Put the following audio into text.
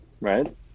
right